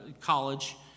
college